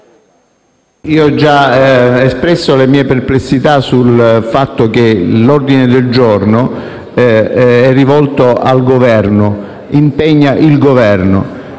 ho già espresso le mie perplessità sul fatto che l'ordine del giorno sia rivolto ed impegni il Governo,